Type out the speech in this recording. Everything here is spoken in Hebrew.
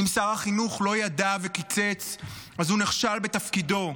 אם שר החינוך לא ידע וקיצץ אז הוא נכשל בתפקידו,